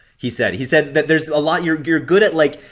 he said he said that there's a lot. you're you're good at like.